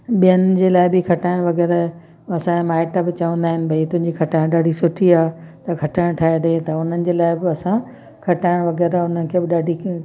ॿियनि जे लाइ बि खटाइणु वग़ैरह असांजे माइट बि चवंदा आहिनि भाई तुंहिंजी खटाइणु ॾाढी सुठी आहे त खटाइणु ठाहे ॾे त उन्हनि जे लाइ बि असां खटाइणु वग़ैरह उन्हनि खे बि ॾाढी